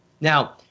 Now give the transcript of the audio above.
Now